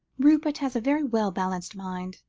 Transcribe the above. rupert has a very well-balanced mind.